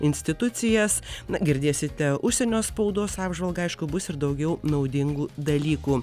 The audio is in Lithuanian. institucijas na girdėsite užsienio spaudos apžvalgą aišku bus ir daugiau naudingų dalykų